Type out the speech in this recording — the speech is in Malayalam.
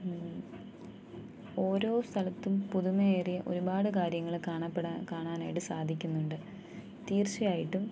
ഓരോ സ്ഥലത്തും പുതുമയേറിയ ഒരുപാട് കാര്യങ്ങൾ കാണപ്പെടാൻ കാണാനായിട്ട് സാധിക്കുന്നുണ്ട് തീർച്ചയായിട്ടും